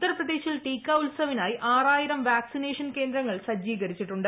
ഉത്തർപ്രദേശിൽ ടീക്കാ ഉത്സവിനായി ആറായിരം വാക്സിനേഷൻ ക്രേന്ദ്രങ്ങൾ സജ്ജീകരിച്ചിട്ടുണ്ട്